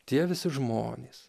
tie visi žmonės